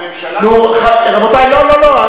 הממשלה כל הזמן, נו, רבותי, לא, לא.